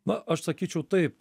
na aš sakyčiau taip